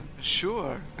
sure